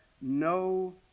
no